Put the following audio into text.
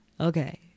Okay